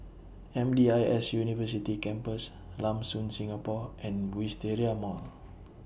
M D I S University Campus Lam Soon Singapore and Wisteria Mall